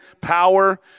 power